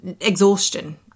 exhaustion